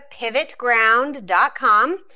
pivotground.com